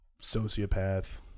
sociopath